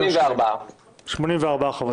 84. 84 חברי כנסת.